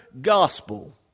gospel